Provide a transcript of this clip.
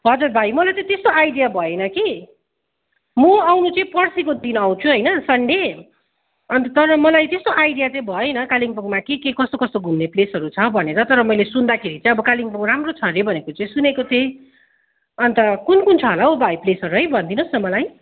हजुर भाइ मलाई त त्यस्तो आइडिया भएन कि म आउनु चाहिँ पर्सीको दिन आउँछु होइन सन्डे अन्त तर मलाई त्यस्तो आइडिया चाहिँ भएन कालिम्पोङमा के के कस्तो कस्तो घुम्ने प्लेसहरू छ भनेर तर मैले सुन्दाखेरि चाहिँ अब कालिम्पोङ राम्रो छ हरे भनेको चाहिँ सुनेको थिएँ अन्त कुन कुन छ होला हौ भाइ प्लेसहरू है भनिदिनुहोस् न मलाई